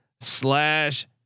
slash